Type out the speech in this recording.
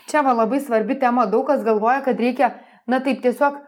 čia va labai svarbi tema daug kas galvoja kad reikia na taip tiesiog